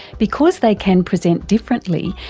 because they can present differently,